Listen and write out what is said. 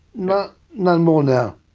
no no more now.